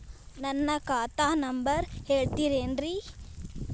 ನನ್ನ ಖಾತಾ ನಂಬರ್ ಹೇಳ್ತಿರೇನ್ರಿ?